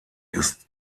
ist